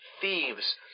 thieves